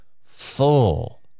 full